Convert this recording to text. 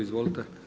Izvolite.